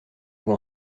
vous